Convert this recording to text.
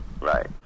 Right